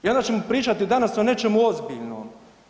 I onda ćemo pričati danas o nečemu ozbiljnom.